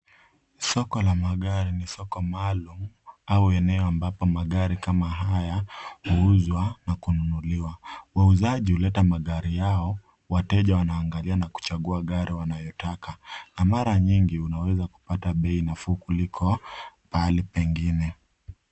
Soko la magari ni soko maalum au eneo ambapo magari kama haya huuzwa na kununuliwa. Wauzaji huleta magari yao, wateja wanaangalia na kuchagua gari wanayotaka. Na mara nyingi, unaweza kupata bei nafuu kuliko pahali pengine.